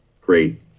great